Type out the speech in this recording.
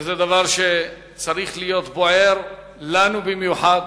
שזה דבר שצריך להיות בוער לנו במיוחד,